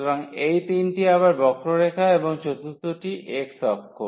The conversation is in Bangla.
সুতরাং এই তিনটি আবার বক্ররেখা এবং চতুর্থটি x অক্ষ